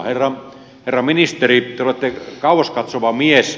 herra ministeri te olette kauas katsova mies